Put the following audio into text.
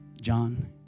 John